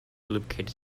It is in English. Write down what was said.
lubricated